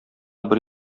бер